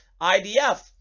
IDF